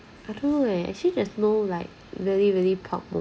I don't know eh actually just know like really really pub bo~